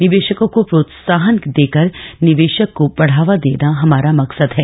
निवेशको को प्रोत्साहन देकर निवेश को बढ़ावा देना हमारा मकसद है